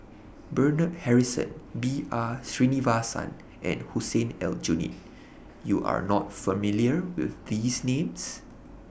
Bernard Harrison B R Sreenivasan and Hussein Aljunied YOU Are not familiar with These Names